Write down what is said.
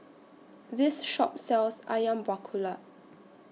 This Shop sells Ayam Buah Keluak